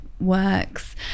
works